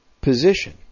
position